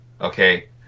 okay